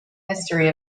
history